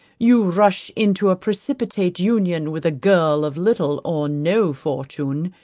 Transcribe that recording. you rush into a precipitate union with a girl of little or no fortune,